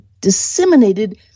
disseminated